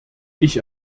ich